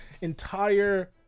entire